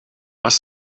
was